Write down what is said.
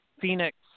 Phoenix